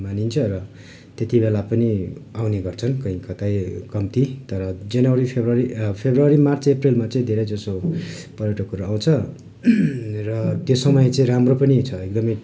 मानिन्छ र त्यति बेला पनि आउने गर्छन् कहीँ कतै कम्ती तर जनवरी फब्रुवरी फब्रुवरी मार्च एप्रिलमा चाहिँ धेरै जसो पर्याटकहरू आउँछ र त्यो समय राम्रो पनि छ एकदमै